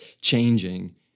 changing